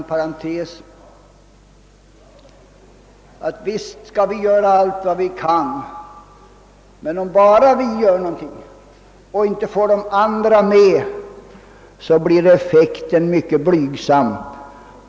Inom parentes vill jag säga att visst skall vi göra allt vi kan för u-länderna, men om det är bara vi som gör någonting och vi inte får de andra industriländerna med oss blir effekten mycket blygsam.